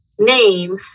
name